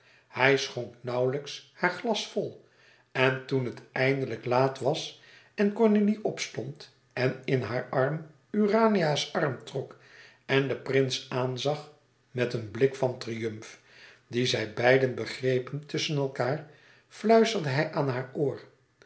hij schonk nauwlijks haar glas vol en toen het eindelijk laat was en cornélie opstond en in haar arm urania's arm trok en den prins aanzag met een blik van triumf dien zij beiden begrepen tusschen elkaâr fluisterde hij aan haar oor